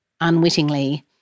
unwittingly